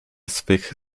swych